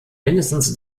mindestens